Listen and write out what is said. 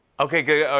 okay, good.